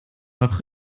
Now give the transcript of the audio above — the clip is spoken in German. noch